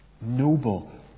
noble